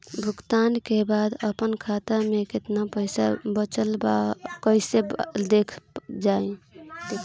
भुगतान के बाद आपन खाता में केतना पैसा बचल ब कइसे देखल जाइ?